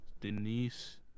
Denise